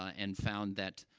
and found that,